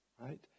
right